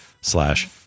slash